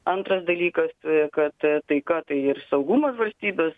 antras dalykas kad taika tai ir saugumas valstybės